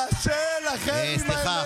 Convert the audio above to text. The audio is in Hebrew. תודה רבה.